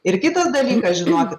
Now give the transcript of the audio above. ir kitas dalykas žinoki